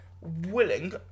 willing